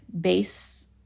base